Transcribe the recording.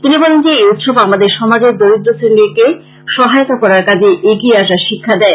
তিনি বলেন যে এই উৎসব আমাদের সমাজের দরীদ্র শ্রেনীর সহায়তা করার কাজে এগিয়ে আসার শিক্ষা দেয়